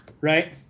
Right